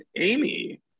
amy